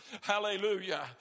Hallelujah